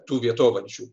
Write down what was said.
tų vietovardžių